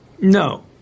No